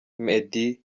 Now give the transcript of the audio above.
meddy